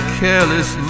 careless